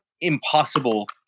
impossible